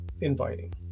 inviting